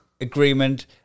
agreement